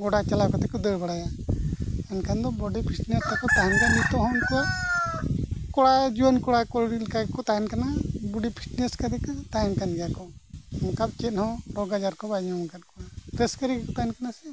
ᱜᱚᱰᱟ ᱪᱟᱞᱟᱣ ᱠᱟᱛᱮᱫ ᱠᱚ ᱫᱟᱹᱲ ᱵᱟᱲᱟᱭᱟ ᱮᱱᱠᱷᱟᱱ ᱫᱚ ᱵᱚᱰᱤ ᱯᱷᱤᱴᱱᱮᱥ ᱦᱚᱸᱠᱚ ᱛᱟᱭᱚᱢ ᱫᱚ ᱱᱤᱛᱚᱜ ᱦᱚᱸ ᱩᱱᱠᱩ ᱠᱚᱲᱟ ᱡᱩᱣᱟᱹᱱ ᱠᱚᱲᱟ ᱠᱩᱲᱤ ᱞᱮᱠᱟ ᱠᱚ ᱛᱟᱦᱮᱱ ᱠᱟᱱᱟ ᱵᱚᱰᱤ ᱯᱷᱤᱴᱱᱮᱥ ᱞᱮᱠᱟ ᱠᱚ ᱛᱟᱦᱮᱱ ᱠᱟᱱ ᱜᱮᱭᱟ ᱠᱚ ᱱᱚᱝᱠᱟ ᱪᱮᱫ ᱦᱚᱸ ᱨᱳᱜᱽ ᱟᱡᱟᱨ ᱠᱚ ᱵᱟᱭ ᱧᱟᱢ ᱠᱟᱜ ᱠᱚᱣᱟ ᱨᱟᱹᱥᱠᱟᱹ ᱨᱮᱜᱮ ᱠᱚ ᱛᱟᱦᱮᱱ ᱠᱟᱱᱟ ᱥᱮ